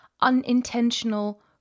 unintentional